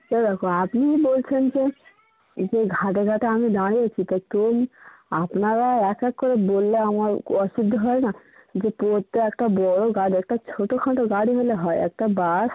সে দেখ আপনি বলছেন যে যে ঘাটে ঘাটে আমি দাঁড়িয়েছি তো ধরুন আপনারা এক এক করে বললে আমার অসুবিধা হয় না যে পথে একটা বড়ো গাড়ি একটা ছোটো খাটো গাড়ি হলে হয় একটা বাস